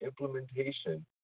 implementation